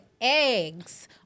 eggs